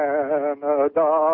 Canada